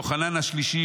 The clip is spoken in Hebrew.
יוחנן השלישי,